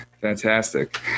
Fantastic